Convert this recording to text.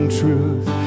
truth